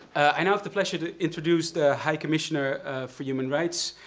i now have the pleasure to introduce the high commissioner for human rights,